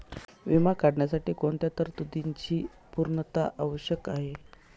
विमा काढण्यासाठी कोणत्या तरतूदींची पूर्णता आवश्यक आहे?